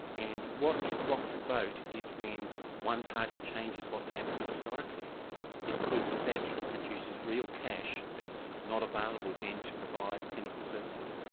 and what rocks the boat is when one party changes what's happened historically because that reduces real cash that's not available then to provide clinical services.